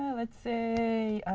let's say